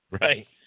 Right